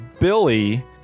Billy